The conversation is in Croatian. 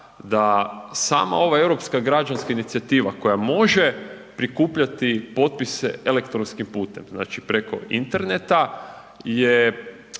da samo ova Europska građanska inicijativa koja može prikupljati potpise elektronskim putem znači preko interneta